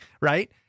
Right